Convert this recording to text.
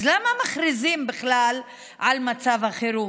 אז למה מכריזים בכלל על מצב החירום?